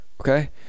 okay